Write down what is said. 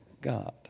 God